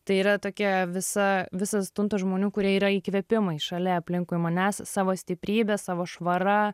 tai yra tokia visa visas tuntas žmonių kurie yra įkvėpimai šalia aplinkui manęs savo stiprybe savo švara